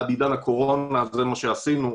עד עידן הקורונה זה מה שעשינו,